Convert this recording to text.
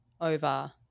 over